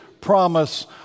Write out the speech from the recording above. promise